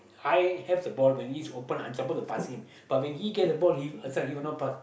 I have the ball when he's open I'm suppose to pass him but when he get the ball he this one he will not pass